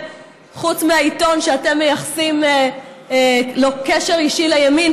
חוץ מהעיתון שאתם מייחסים לו קשר אישי לימין,